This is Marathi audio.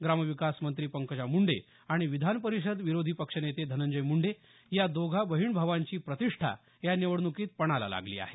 ग्रामविकास मंत्री पंकजा मुंडे आणि विधान परीषदेचे विरोधी पक्षनेते धनंजय मुंडे या दोघा बहिण भावांची प्रतिष्ठा या निवडणुकीत पणाला लागली आहे